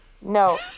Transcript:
No